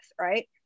Right